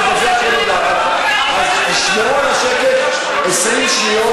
אז תשמרו על השקט 20 שניות.